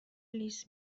لیس